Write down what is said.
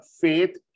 faith